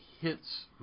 hits